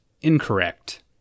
incorrect